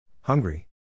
Hungry